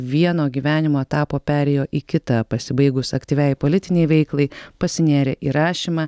vieno gyvenimo etapo perėjo į kitą pasibaigus aktyviai politinei veiklai pasinėrė į rašymą